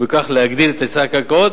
ובכך להגדיל את היצע הקרקעות,